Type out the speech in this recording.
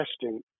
testing